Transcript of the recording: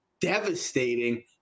devastating